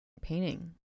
painting